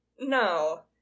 no